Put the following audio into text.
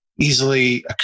easily